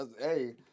Hey